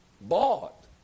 bought